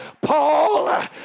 Paul